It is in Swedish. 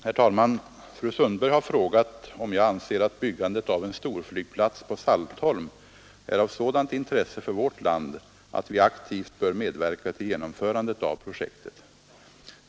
Herr talman! Fru Sundberg har frågat om jag anser att byggandet av en storflygplats på Saltholm är av sådant intresse för vårt land att vi aktivt bör medverka till genomförandet av projektet.